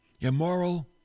Immoral